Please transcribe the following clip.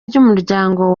ry’umuryango